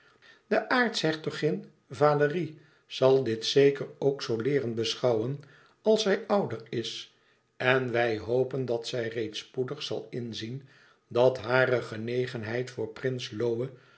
de aartshertogin valérie zal dit zeker ook zoo leeren beschouwen als zij ouder is en wij hopen dat zij reeds spoedig zal inzien dat hare genegenheid voor prins lohe